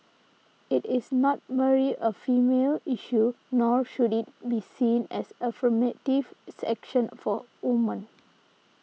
it is not merely a female issue nor should it be seen as affirmatives action for women